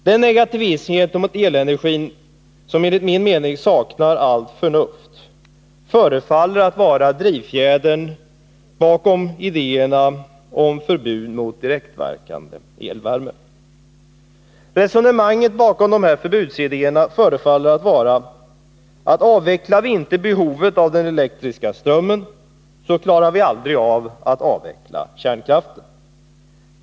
Den negativism mot elenergin som enligt min mening saknar allt förnuft förefaller vara drivfjädern bakom idéerna om förbud mot direktverkande elvärme. Resonemanget bakom dessa förbudsidéer förefaller vara att avvecklar vi inte behovet av den elektriska strömmen, så klarar vi aldrig att avveckla kärnkraften.